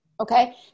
Okay